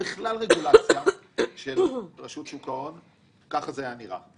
רגולציה של רשות שוק ההון ככה זה היה נראה".